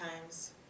times